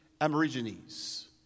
Aborigines